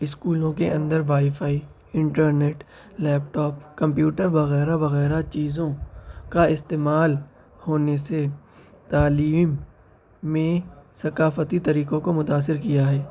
اسکولوں کے اندر wifi internet laptop computer وغیرہ وغیرہ چیزوں کا استعمال ہونے سے تعلیم میں ثقافتی طریقوں کو متأثر کیا ہے